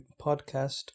podcast